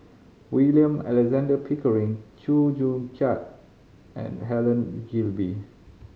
William Alexander Pickering Chew Joo Chiat and Helen Gilbey